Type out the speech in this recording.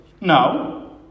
No